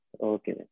Okay